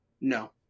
No